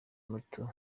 muto